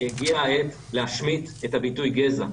הגיעה העת להשמיט את הביטוי "גזע".